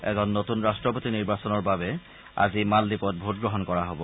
এজন নতুন ৰাট্টপতি নিৰ্বাচনৰ বাবে আজি মালদ্বীপত ভোটগ্ৰহণ কৰা হ'ব